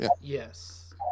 yes